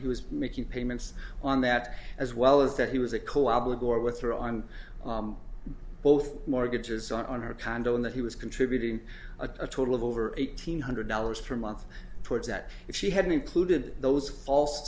he was making payments on that as well as that he was a collab with or with her on both mortgages on her condo and that he was contributing a total of over eight hundred dollars per month towards that if she hadn't included those false